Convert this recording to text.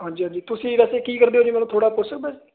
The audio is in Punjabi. ਹਾਂਜੀ ਹਾਂਜੀ ਤੁਸੀਂ ਵੈਸੇ ਕੀ ਕਰਦੇ ਹੋ ਅੱਜ ਕੱਲ੍ਹ ਥੋੜ੍ਹਾ ਪੁੱਛ ਸਕਦਾਂ